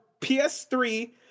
PS3